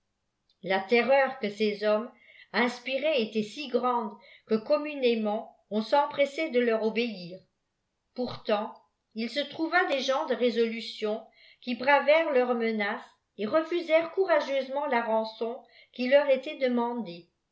la terreur que ces hommes inspiraient était si grande que communément on s'empressait de leur obéir pourtant il se trouva des gens de résolution qui bravèrent leurs mehaces et refusèrent courageusement la rançon qui leiur était demandée